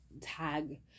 tag